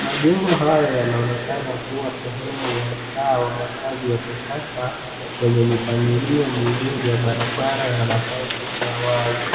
Majengo haya yanaonekana kuwa sehemu ya mtaa wa makazi ya kisasa wenye mipangilio mizuri ya barabara na nafasi za wazi.